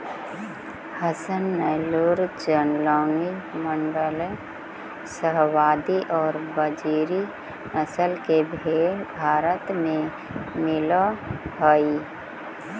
हसन, नैल्लोर, जालौनी, माण्ड्या, शाहवादी और बजीरी नस्ल की भेंड़ भारत में मिलअ हई